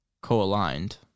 co-aligned